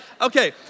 okay